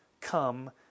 come